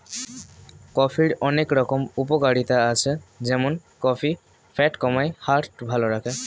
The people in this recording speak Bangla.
কফির অনেক রকম উপকারিতা আছে যেমন কফি ফ্যাট কমায়, হার্ট ভালো রাখে